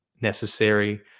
necessary